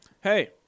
Hey